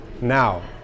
now